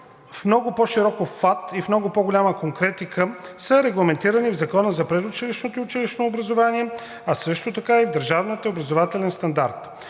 в много по широк обхват и в по-голяма конкретика са регламентирани в Закона за предучилищното и училищното образование, а също така и в държавния образователен стандарт.